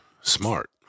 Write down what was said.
smart